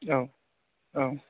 औ औ